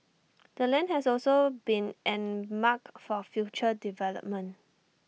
the land has also been earmarked for future development